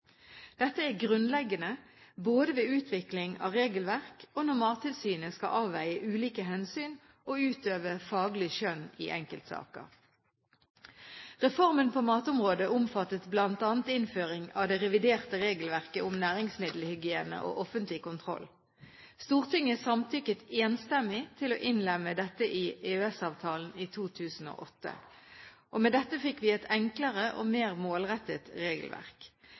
Dette er grunnleggende både ved utvikling av regelverk og når Mattilsynet skal avveie ulike hensyn og utøve faglig skjønn i enkeltsaker. Reformen på matområdet omfattet bl.a. innføring av det reviderte regelverket om næringsmiddelhygiene og offentlig kontroll. Stortinget samtykket enstemmig til å innlemme dette i EØS-avtalen i 2008. Med dette fikk vi et enklere og mer målrettet regelverk.